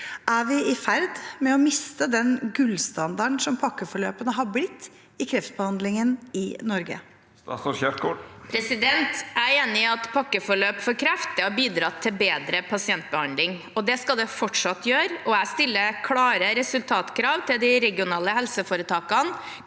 Er vi i ferd med å miste den gullstandarden som pakkeforløpene har blitt i kreftbehandlingen i Norge?» Statsråd Ingvild Kjerkol Jeg er enig i at pakkeforløp for kreft har bidratt til bedre pasientbehandling. Det skal det fortsatt gjøre, og jeg stiller klare resultatkrav til de regionale helseforetakene